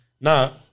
now